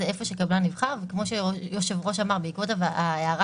זה איפה שקבלן יבחר וכמו שהיושב ראש אמר בעקבות ההערה